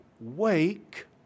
Wake